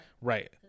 right